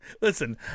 Listen